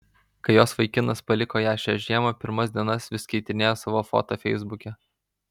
kai jos vaikinas paliko ją šią žiemą pirmas dienas vis keitinėjo savo foto feisbuke